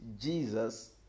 Jesus